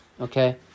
Okay